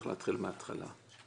אחזור על מה שאמרתי מכיוון